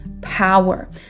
power